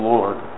Lord